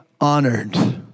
honored